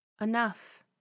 enough